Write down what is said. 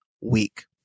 week